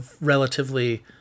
relatively